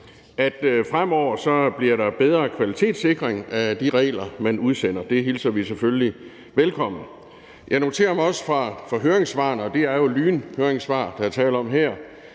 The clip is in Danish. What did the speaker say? der fremover bliver en bedre kvalitetssikring af de regler, man udsender. Det hilser vi selvfølgelig velkommen. Jeg noterer mig også ud fra høringssvarene – og det er jo lynhøringssvar, som der er tale om her